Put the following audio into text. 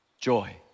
joy